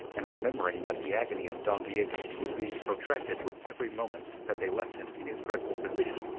and remembering that the agony of don diego was being protracted with every moment that they left him in his dreadful position,